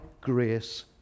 grace